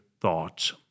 thoughts